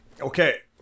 Okay